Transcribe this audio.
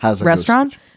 restaurant